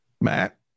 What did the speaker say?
Matt